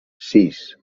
sis